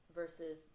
versus